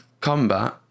combat